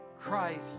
Christ